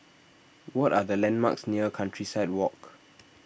what are the landmarks near Countryside Walk